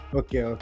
okay